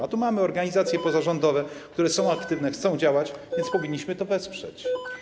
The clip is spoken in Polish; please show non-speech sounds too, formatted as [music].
A tu mamy organizację pozarządowe, [noise] które są aktywne, chcą działać, więc powinniśmy to wesprzeć.